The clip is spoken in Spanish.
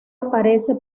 aparece